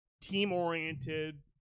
team-oriented